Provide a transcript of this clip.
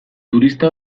turista